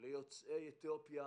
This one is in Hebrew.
ליוצאי אתיופיה,